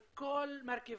על כל מרכיביה,